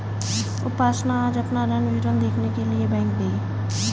उपासना आज अपना ऋण विवरण देखने के लिए बैंक गई